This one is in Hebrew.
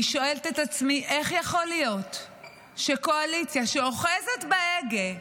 אני שואלת את עצמי איך יכול להיות שקואליציה שאוחזת בהגה,